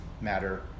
matter